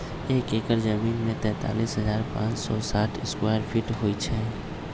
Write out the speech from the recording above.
एक एकड़ जमीन में तैंतालीस हजार पांच सौ साठ स्क्वायर फीट होई छई